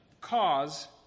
cause